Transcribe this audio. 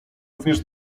również